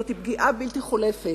זוהי פגיעה בלתי חולפת.